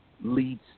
leads